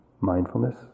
mindfulness